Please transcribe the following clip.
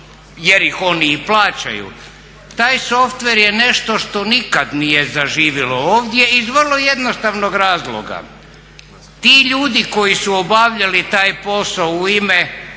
jer ih oni i plaćaju. Taj softver je nešto što nikad nije zaživilo ovdje iz vrlo jednostavnog razloga, ti ljudi koji su obavljali taj posao u ime